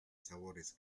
sabores